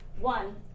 one